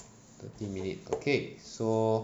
thirty minute okay so